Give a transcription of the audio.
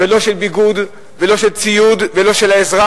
ולא של ביגוד, ולא של ציוד, ולא של עזרה,